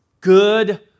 good